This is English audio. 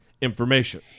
information